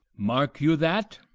mark you that?